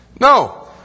No